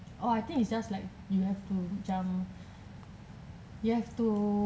oh I think it's just like you have to macam you have to